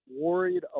worried